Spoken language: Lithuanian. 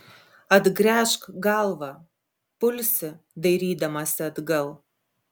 atgręžk galvą pulsi dairydamasi atgal